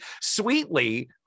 sweetly